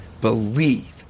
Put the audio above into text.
believe